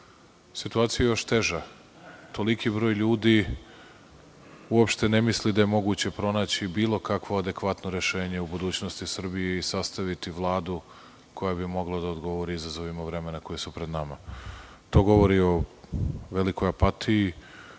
Situacija je još teža. Toliki broj ljudi uopšte ne misli da je moguće pronaći bilo kakvo adekvatno rešenje u budućnosti u Srbiji i sastaviti Vladu koja bi mogla da odgovori izazovima vremena koja su pred nama. To govori o velikoj apatiji,